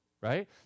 right